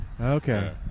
okay